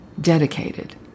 dedicated